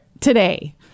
today